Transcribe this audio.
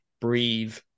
breathe